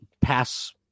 pass